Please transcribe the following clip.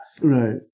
Right